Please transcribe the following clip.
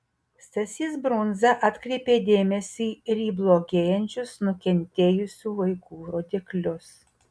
stasys brunza atkreipė dėmesį ir į blogėjančius nukentėjusių vaikų rodiklius